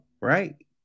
right